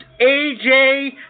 AJ